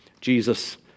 Jesus